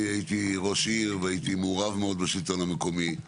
הייתי ראש עיר והייתי מעורב מאוד בשלטון המקומי,